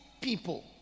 people